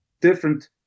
different